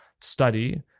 study